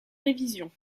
révisions